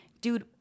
dude